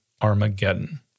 Armageddon